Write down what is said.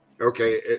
Okay